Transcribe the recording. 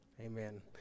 Amen